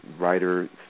writer